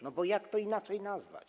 No bo jak to inaczej nazwać?